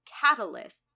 catalyst